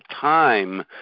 time